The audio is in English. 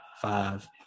five